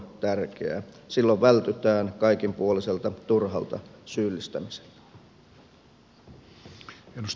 silloin vältytään kaikinpuoliselta turhalta syyllistämiseltä